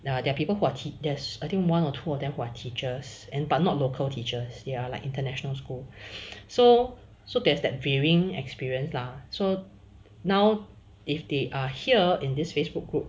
ya there are people who are teachers I think one or two of them who are teachers and but not local teachers they are like international school so so there's that varying experience lah so now if they are here in this facebook group